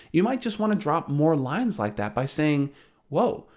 you might just want to drop more lines like that by saying woah,